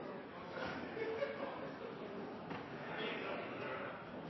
må